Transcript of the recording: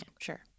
sure